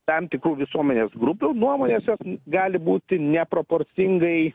tam tikrų visuomenės grupių nuomonės jos gali būti neproporcingai